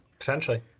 Essentially